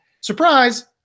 surprise